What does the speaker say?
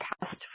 past